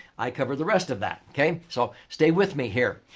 i cover the rest of that, okay? so, stay with me here.